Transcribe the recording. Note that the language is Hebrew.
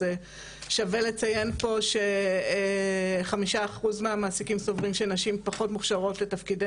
שווה לציין פה ש-5% מהמעסיקים סוברים שנשים פחות מוכשרות לתפקידי